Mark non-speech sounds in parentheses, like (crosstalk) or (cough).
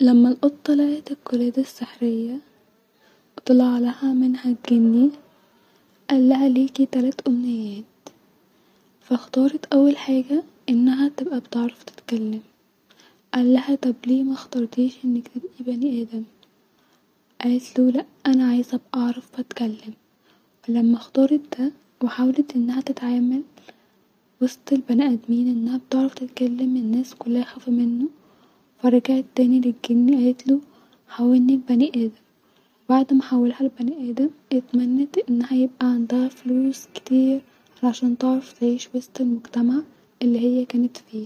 لما القطه لاقيت القلاده السحريه (noise) وطلع لها (noise) منها الجني قالها ليكي تلات امنيات-فاختارت اول حاجه انها تبقي بتعرف تتكلم قالها طب ليه مختارتيش انك تبقي بني ادم-قالتلو لا انا عايزه ابقي اعرف اتكلم-ولما اختارت دا وحاولت انها تتعامل-وسط البني ادمين انها بتعرف تتكلم الناس كلها خافو منو-فرجعت تاني للجني قالتلو حولني لبني ادم وبعد ما حولنا لبني ادم اتمنت انها يبقي عندها فلوس كتير-عشان تعرف تعيش وسط المجمتع الي هي كانت فيه